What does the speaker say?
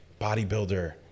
bodybuilder